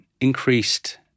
increased